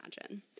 imagine